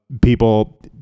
people